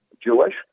Jewish